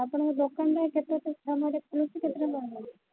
ଆପଣଙ୍କ ଦୋକାନଟା କେତେ ସମୟରେ ଖୋଲୁଛି କେତେବେଳେ ବନ୍ଦ ହେଉଛି